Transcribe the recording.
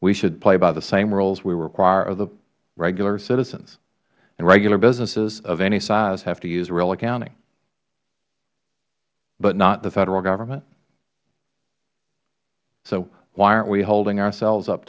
we should play by the same rules we require of the regular citizens and regular businesses of any size have to use real accounting but not the federal government so why aren't we holding ourselves up